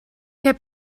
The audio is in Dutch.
heb